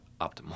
optimal